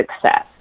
success